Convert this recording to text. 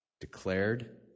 declared